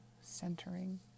centering